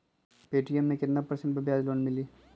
Paytm मे केतना percent ब्याज पर लोन मिली?